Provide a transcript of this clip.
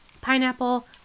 pineapple